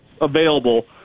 available